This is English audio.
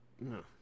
No